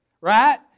right